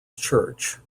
church